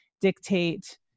dictate